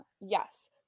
Yes